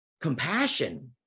compassion